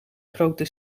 grote